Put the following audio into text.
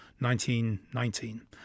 1919